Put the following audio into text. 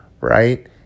Right